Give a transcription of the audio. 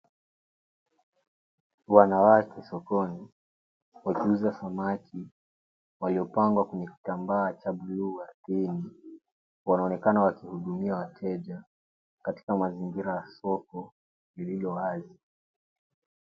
Wanawake sokoni, wakiuza samaki, waliopangwa kwenye kitambaa cha blue ardhini wanaonekana wakihudumia wateja katika mazingira ya soko lililo wazi.